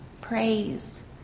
praise